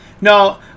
No